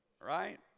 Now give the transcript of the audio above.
Right